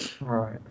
right